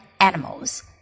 animals